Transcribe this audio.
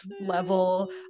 level